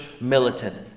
militant